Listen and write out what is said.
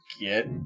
get